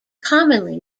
commonly